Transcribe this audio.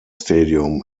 stadium